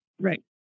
Right